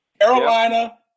Carolina